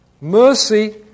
Mercy